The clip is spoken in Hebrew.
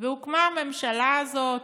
והוקמה הממשלה הזאת.